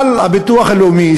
על הביטוח הלאומי,